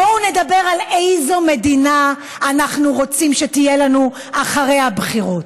בואו נדבר על איזו מדינה אנחנו רוצים שתהיה לנו אחרי הבחירות.